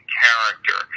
character